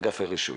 אגף הרישוי,